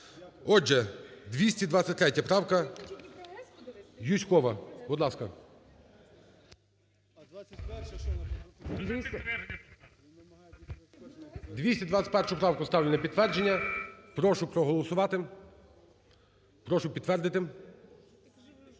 Отже, 223 правка, Юзькова, будь ласка. 221 правку ставлю на під підтвердження. Прошу проголосувати. Прошу підтвердити.